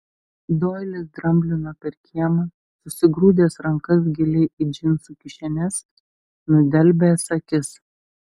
doilis dramblino per kiemą susigrūdęs rankas giliai į džinsų kišenes nudelbęs akis